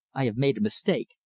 i have made a mistake.